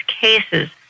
cases